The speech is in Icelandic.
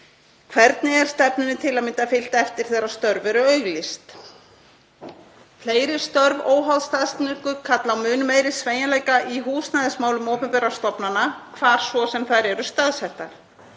Hvernig er stefnunni til að mynda fylgt eftir þegar störf eru auglýst? Fleiri störf óháð staðsetningu kalla á mun meiri sveigjanleika í húsnæðismálum opinberra stofnana, hvar svo sem þær eru staðsettar.